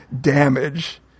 damage